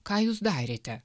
ką jūs darėte